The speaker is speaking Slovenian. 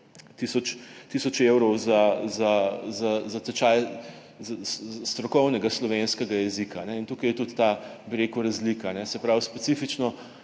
tisoč evrov za tečaj strokovnega slovenskega jezika. Tukaj je tudi ta razlika, specifično